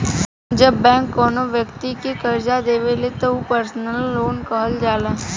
जब बैंक कौनो बैक्ति के करजा देवेली त उ पर्सनल लोन कहल जाला